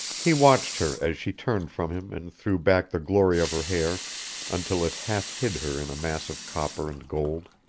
he watched her as she turned from him and threw back the glory of her hair until it half hid her in a mass of copper and gold